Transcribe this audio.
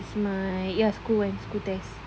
it's my ya school [one] school test